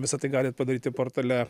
visa tai galit padaryti portale